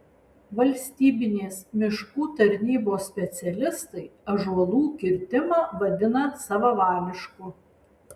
valstybinės miškų tarnybos specialistai ąžuolų kirtimą vadina savavališku